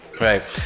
right